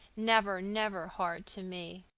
never, never hard to me.